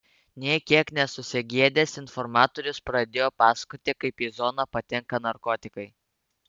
nė kiek nesusigėdęs informatorius pradėjo pasakoti kaip į zoną patenka narkotikai